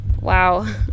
Wow